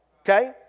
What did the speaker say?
Okay